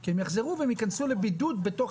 כי הם יחזרו והם ייכנסו לבידוד בתוך